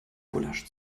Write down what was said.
gulasch